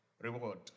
reward